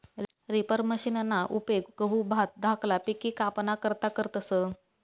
reaper मशिनना उपेग गहू, भात धाकला पिके कापाना करता करतस